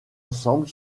ensemble